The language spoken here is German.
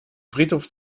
friedhof